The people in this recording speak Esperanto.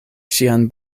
ŝian